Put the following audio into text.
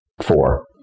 four